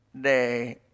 day